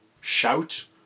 shout